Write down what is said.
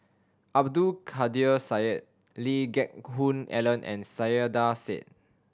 Abdul Kadir Syed Lee Geck Hoon Ellen and Saiedah Said